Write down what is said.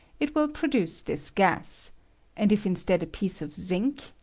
it will produce this gas and if instead a piece of zinc,